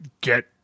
get